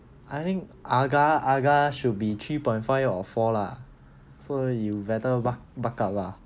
I think agak agak should be three point five or four lah so you better buck buck up lah